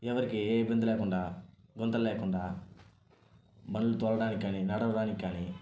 ఎవరికీ ఏ ఇబ్బందీ లేకుండా గుంతలు లేకుండా బండ్లు తోలడానికి కానీ నడవడానికి కానీ